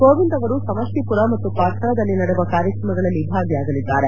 ಕೋವಿಂದ್ ಅವರು ಸಮಷ್ಟಿ ಪುರ ಮತ್ತು ಪಾಣ್ನಾದಲ್ಲಿ ನಡೆವ ಕಾರ್ಯಕ್ರಮಗಳಲ್ಲಿ ಭಾಗಿಯಾಗಲಿದ್ದಾರೆ